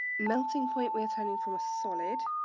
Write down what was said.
melting point we are turning from a solid,